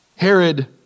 Herod